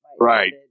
Right